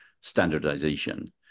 standardization